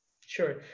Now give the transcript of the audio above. sure